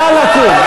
נא לקום.